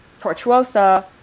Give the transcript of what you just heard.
Tortuosa